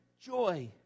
joy